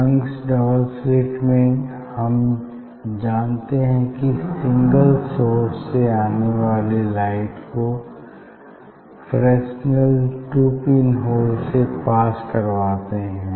Young's double slit में हम जानते हैं कि सिंगल सोर्स से आने वाली लाइट को फ्रेसनेल टू पिन होल्स से पास करवाते हैं